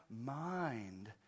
mind